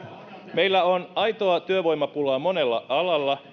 meillä on aitoa työvoimapulaa monella alalla